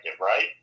right